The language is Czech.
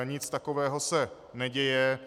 Nic takového se neděje.